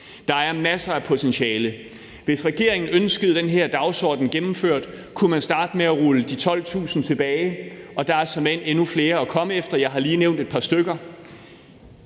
Der er masser af potentiale. Hvis regeringen ønskede den her dagsorden gennemført, kunne man starte med at rulle ansættelsen af de 12.000 tilbage, og der er såmænd endnu flere at komme efter. Jeg har lige nævnt et par stykker.